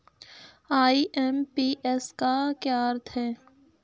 IMPS का क्या अर्थ है?